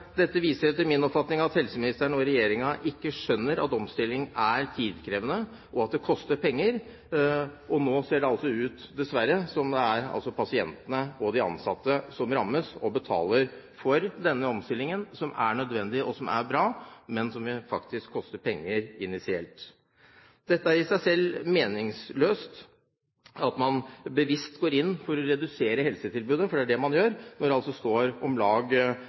Dette viser etter min oppfatning at helseministeren og regjeringen ikke skjønner at omstilling er tidkrevende, og at det koster penger. Nå ser det dessverre ut til at det er pasientene og de ansatte som rammes og betaler for denne omstillingen, som er nødvendig, og som er bra, men som faktisk koster penger initialt. Det er i seg selv meningsløst at man bevisst går inn for å redusere helsetilbudet – for det er det man gjør – når det altså står om lag